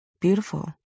beautiful